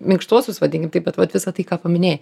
minkštuosius vadinkim taip bet vat visa tai ką paminėjai